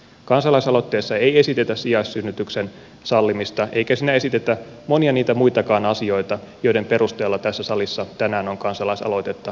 kansalaisaloitteessa ei esitetä sijaissynnytyksen sallimista eikä siinä esitetä monia niitä muitakaan asioita joiden perusteella tässä salissa tänään on kansalaisaloitetta vastustettu